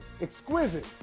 exquisite